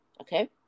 Okay